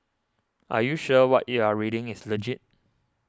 are you sure what you're reading is legit